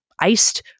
iced